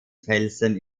felsen